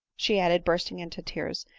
she added, burst ing into tears.